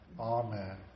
Amen